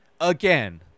again